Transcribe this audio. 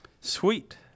Sweet